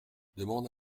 demande